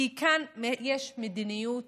כי כאן יש מדיניות